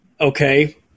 Okay